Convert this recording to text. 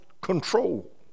control